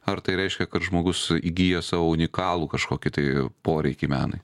ar tai reiškia kad žmogus įgijęs savo unikalų kažkokį tai poreikį menui